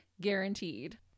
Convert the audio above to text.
guaranteed